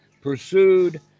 pursued